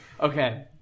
Okay